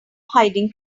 hiding